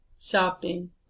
shopping